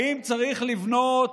האם צריך לבנות